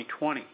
2020